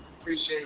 Appreciate